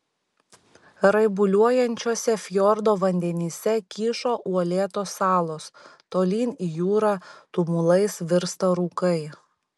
raibuliuojančiuose fjordo vandenyse kyšo uolėtos salos tolyn į jūrą tumulais virsta rūkai